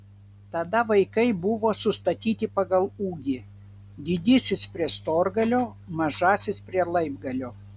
tada vaikai buvo sustatyti pagal ūgį didysis prie storgalio mažasis prie laibgalio